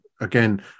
again